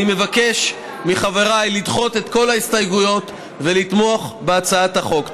אני מבקש מחבריי לדחות את כל ההסתייגויות ולתמוך בהצעת החוק.